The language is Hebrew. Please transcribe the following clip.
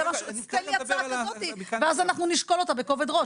תן לי הצעה כזאת ואז אנחנו נשקול אותה בכובד ראש.